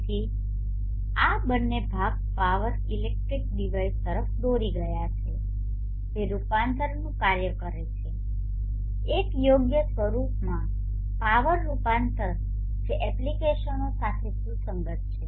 તેથી આ બંને ભાગ પાવર ઇલેક્ટ્રોનિક ડિવાઇસ તરફ દોરી ગયા જે રૂપાંતરનું કાર્ય કરે છે એક યોગ્ય સ્વરૂપમાં પાવર રૂપાંતર જે એપ્લિકેશનો સાથે સુસંગત છે